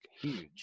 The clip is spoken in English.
Huge